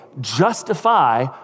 justify